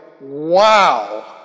Wow